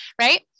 right